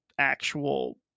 actual